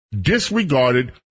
disregarded